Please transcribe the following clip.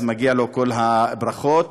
מגיעות לו כל הברכות.